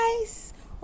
guys